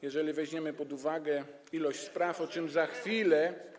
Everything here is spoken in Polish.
jeżeli weźmiemy pod uwagę ilość spraw, o czym za chwilę.